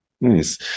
Nice